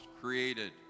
created